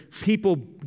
people